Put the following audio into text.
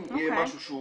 אם יהיה משהו שהוא